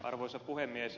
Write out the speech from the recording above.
arvoisa puhemies